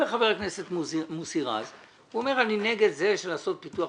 אומר חבר הכנסת מוסי רז שהוא נגד פיתוח